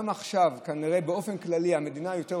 גם עכשיו כנראה המדינה יותר הולכת,